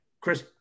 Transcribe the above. Chris –